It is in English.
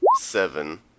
seven